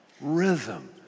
rhythm